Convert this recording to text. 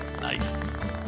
Nice